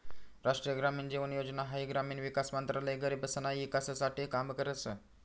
राष्ट्रीय ग्रामीण जीवन योजना हाई ग्रामीण विकास मंत्रालय गरीबसना ईकास साठे काम करस